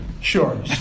sure